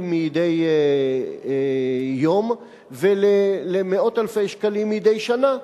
מדי יום ולמאות אפי שקלים מדי שנה.